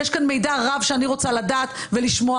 יש כאן מידע רב שאני רוצה לדעת ולשמוע.